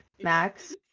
Max